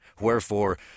Wherefore